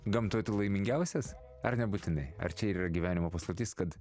gamtoj tu laimingiausias ar nebūtinai ar čia ir yra gyvenimo paslaptis kad